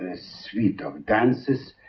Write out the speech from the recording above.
ah suite of dances,